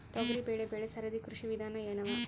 ತೊಗರಿಬೇಳೆ ಬೆಳಿ ಸರದಿ ಕೃಷಿ ವಿಧಾನ ಎನವ?